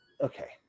okay